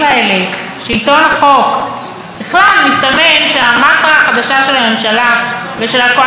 מסתמן שהמנטרה החדשה של הממשלה ושל הקואליציה הנוכחית היא משרות אמון.